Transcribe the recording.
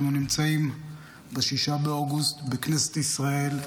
אנחנו נמצאים ב-6 באוגוסט בכנסת ישראל,